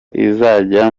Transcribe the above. izajya